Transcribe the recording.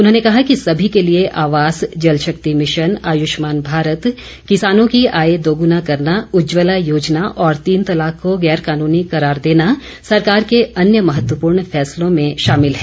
उन्होंने कहा कि सभी के लिए आवास जल शक्ति भिशन आयुष्मान भारत किसानों की आय दोगुना करना उज्जवला योजना और तीन तलाक को गैर कानूनी करार देना सरकार के अन्य महत्वपूर्ण फैसलों में शामिल है